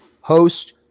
host